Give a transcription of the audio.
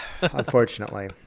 unfortunately